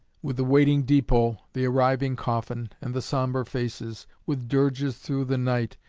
with the waiting depot, the arriving coffin, and the sombre faces, with dirges through the night,